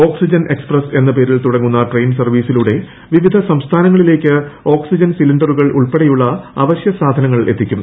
oxygen express എന്ന പേരിൽ തുടങ്ങുന്ന ട്രെയിൻ സർവീസിലൂടെ വിവിധ സംസ്ഥാനങ്ങളിലേക്ക് ഓക്സിജൻ സിലിണ്ടറുകൾ ഉൾപ്പെടെയുള്ള അവശൃസാധനങ്ങൾ എത്തിക്കും